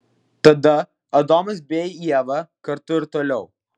tada adomas bei ieva kartu ir toliau